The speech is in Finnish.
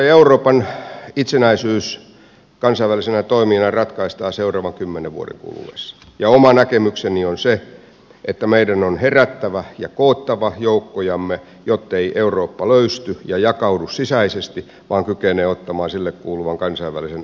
euroopan itsenäisyys kansainvälisenä toimijana ratkaistaan seuraavan kymmenen vuoden kuluessa ja oma näkemykseni on se että meidän on herättävä ja koottava joukkojamme jottei eurooppa löysty ja jakaudu sisäisesti vaan kykenee ottamaan sille kuuluvan kansainvälisen arvovallan itselleen